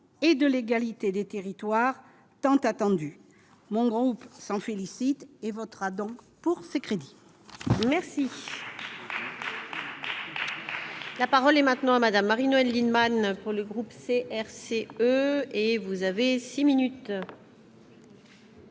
et de l'égalité des territoires, tant attendu, mon groupe s'en félicite et votera donc pour ces crédits merci.